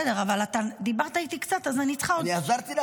בסדר, אבל אתה דיברת איתי קצת, אז אני צריכה עוד.